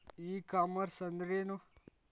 E commerce ಅಂದ್ರೇನು?